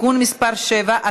(תיקון מס' 7),